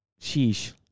Sheesh